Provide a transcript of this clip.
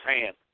hand